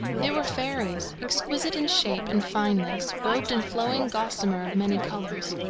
they were fairies, exquisite in shape and fineness, robed in flowing gossamer of many colours.